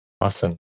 Awesome